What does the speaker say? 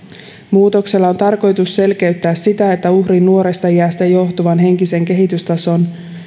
muutoksella on tarkoitus selkeyttää sitä että uhrin nuoresta iästä johtuvan henkisen kehitystason